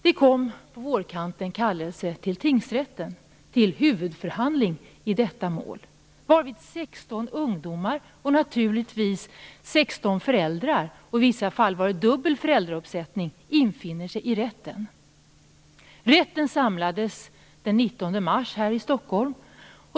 Det kom på vårkanten en kallelse till tingsrätten till huvudförhandling i detta mål, varvid 16 ungdomar och naturligtvis 16 föräldrar - i vissa fall var det dubbel föräldrauppsättning - infinner sig i rätten. Rätten samlades den 19 mars i Stockholm.